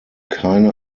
keine